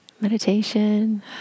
meditation